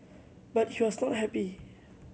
but he was not happy